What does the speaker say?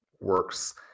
works